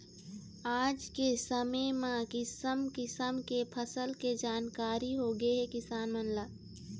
आज के समे म किसम किसम के फसल के जानकारी होगे हे किसान मन ल